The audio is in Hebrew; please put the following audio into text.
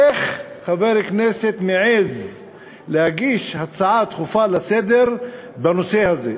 איך חבר כנסת מעז להגיש הצעה דחופה לסדר-היום בנושא הזה.